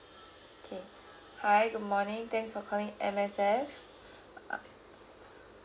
okay hi good morning thanks for calling M_S_F uh